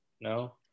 no